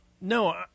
No